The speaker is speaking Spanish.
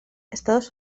estados